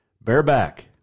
Bareback